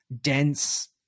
dense